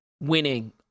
winning